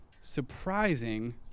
surprising